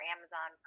Amazon